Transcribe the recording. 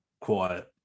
quiet